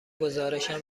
گزارشم